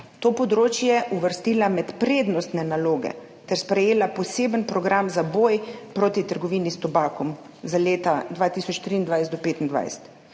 to področje je uvrstila med prednostne naloge ter sprejela poseben program za boj proti trgovini s tobakom za leta od 2023